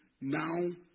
Now